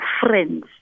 friends